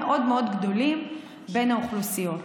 גם בתוך הערים המעורבות יש פערים מאוד מאוד גדולים בין האוכלוסיות.